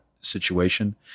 situation